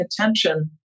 attention